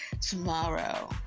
tomorrow